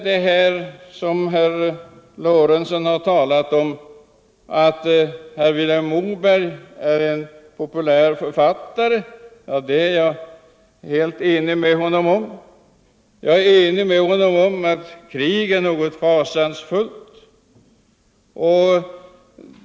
Herr Lorentzon talade om att Vilhelm Moberg är en populär författare. Det är jag helt enig med honom om. Jag är enig med honom om att krig är något fasansfullt.